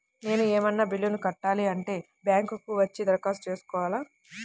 నేను ఏమన్నా బిల్లును కట్టాలి అంటే బ్యాంకు కు వచ్చి దరఖాస్తు పెట్టుకోవాలా?